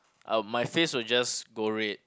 I'll my face will just go red